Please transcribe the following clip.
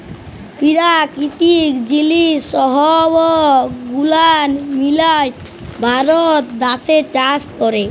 পেরাকিতিক জিলিস সহব গুলান মিলায় ভারত দ্যাশে চাষ ক্যরে